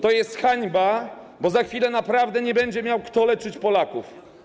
To jest hańba, bo za chwilę naprawdę nie będzie miał kto leczyć Polaków.